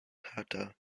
tata